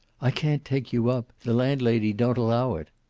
i can't take you up. the landlady don't allow it.